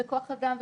בכוח אדם,